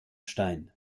stein